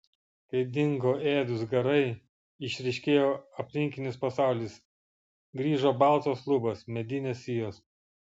kai dingo ėdūs garai išryškėjo aplinkinis pasaulis grįžo baltos lubos medinės sijos